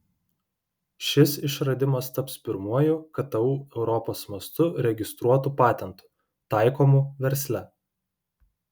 šis išradimas taps pirmuoju ktu europos mastu registruotu patentu taikomu versle